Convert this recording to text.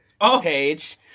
page